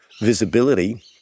visibility